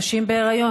נשים בהיריון.